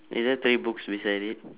is there three books beside it